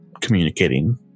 communicating